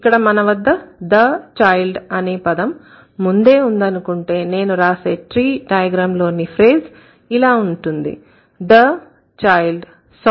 ఇక్కడ మనవద్ద the child అనే పదం ముందే ఉందనుకుంటే నేను రాసే ట్రీ డైగ్రామ్ లోని ఫ్రేజ్ ఇలా ఉంటుంది the child saw a cat